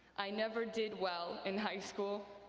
i never did well in high school,